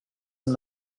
amb